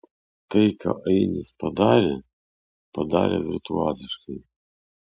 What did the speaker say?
tai ką ainis padarė padarė virtuoziškai